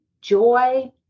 joy